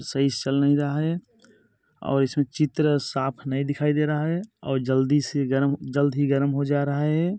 सही से चल नहीं रहा है और इस में चित्र साफ़ नहीं दिखाई दे रहा है और जल्दी से गर्म जल्द ही गर्म हो जा रहा है